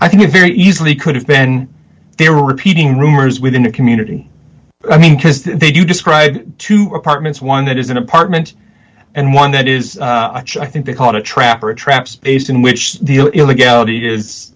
i think it very easily could have been they're repeating rumors within the community i mean because they do describe two apartments one that is an apartment and one that is i think they called a trap or a trap space in which the illegality is